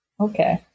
Okay